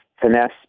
finesse